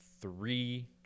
three